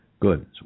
Good